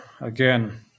again